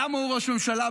למה הוא ראש הממשלה?